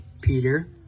Peter